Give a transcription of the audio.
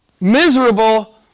Miserable